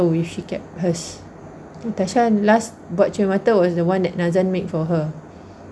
tak tahu if she kept hers tasha last buat cermin mata was the one nazan made for her